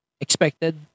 expected